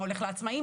מה הולך לעצמאים?